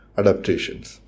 adaptations